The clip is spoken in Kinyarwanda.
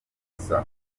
gusa